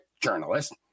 journalist